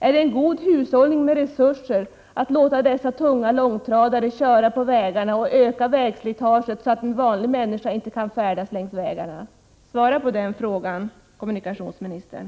Är det en god hushållning med resurser att låta dessa tunga långtradare köra på vägarna och öka vägslitaget, så att en vanlig människa inte kan färdas längs vägarna? Svara på dessa frågor, kommunikationsministern.